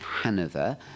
Hanover